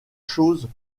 choses